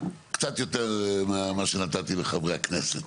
קצת יותר ממה שנתתי לחברי הכנסת.